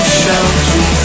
shelter